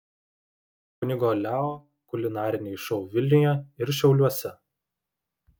kunigo leo kulinariniai šou vilniuje ir šiauliuose